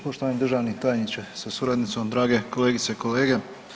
Poštovani državni tajniče sa suradnicom, drage kolegice i kolege.